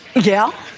yeah.